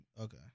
Okay